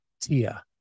Tia